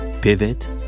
Pivot